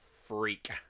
freak